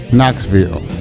Knoxville